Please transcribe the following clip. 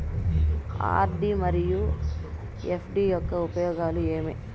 RD మరియు FD యొక్క ఉపయోగాలు ఏమి?